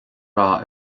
rath